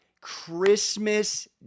Christmas